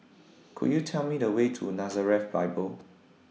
Could YOU Tell Me The Way to Nazareth Bible